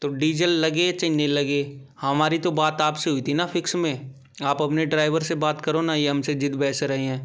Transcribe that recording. तो डीजल लगे चाहे नहीं लगे हमारी तो बात आपसे हुई थी ना फिक्स में आप अपने ड्राइवर से बात करो ना ये हमसे जिद्द बहस रहे हैं